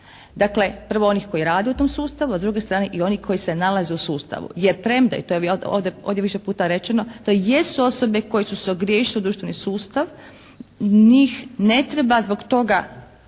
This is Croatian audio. dakle, prvo onih koji rade u tom sustavu i s druge strane i onih koji se nalaze u sustavu. Jer premda i to je ovdje više puta rečeno, to jesu osobe koje su se ogriješile o društveni sustav, njih ne treba zbog toga